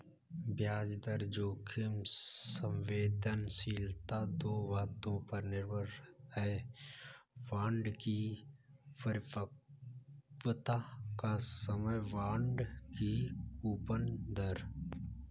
ब्याज दर जोखिम संवेदनशीलता दो बातों पर निर्भर है, बांड की परिपक्वता का समय, बांड की कूपन दर